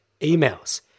emails